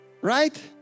Right